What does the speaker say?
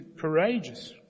courageous